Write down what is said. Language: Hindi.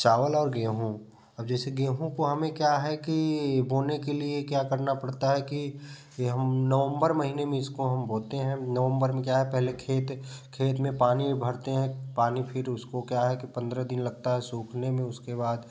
चावल और गेहूँ अब जैसे गेहूँ को हमें क्या है कि बोने के लिए क्या करना पड़ता है कि हम नॉवम्बर महीने में हम इसको बोते हैं नॉवम्बर में क्या है पहले खेत खेत में पानी भरते हैं पानी फिर उसको क्या है कि पंद्रह दिन लगता है सूखने में उसके बाद